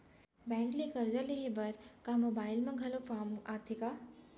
Bank ले करजा लेहे बर का मोबाइल म घलो फार्म आथे का?